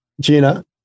Gina